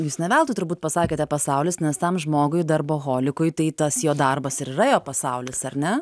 jūs ne veltui turbūt pasakėte pasaulis nes tam žmogui darboholikui tai tas jo darbas ir yra jo pasaulis ar ne